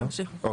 אוקיי,